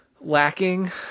lacking